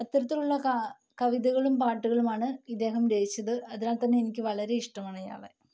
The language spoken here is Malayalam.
അത്തരത്തിലുള്ള കവിതകളും പാട്ടുകളുമാണ് ഇദ്ദേഹം രചിച്ചത് അതിനാൽതന്നെ എനിക്ക് വളരെ ഇഷ്ടമാണ് ഇയാളെ